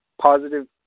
positive